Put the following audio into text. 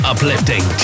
Uplifting